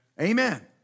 Amen